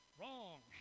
wrong